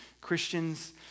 Christians